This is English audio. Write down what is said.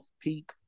peak